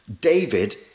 David